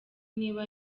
niba